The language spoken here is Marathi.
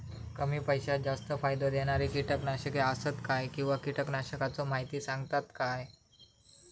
कमी पैशात जास्त फायदो दिणारी किटकनाशके आसत काय किंवा कीटकनाशकाचो माहिती सांगतात काय?